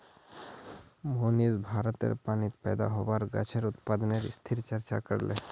मोहनीश भारतेर पानीत पैदा होबार गाछेर उत्पादनेर स्थितिर चर्चा करले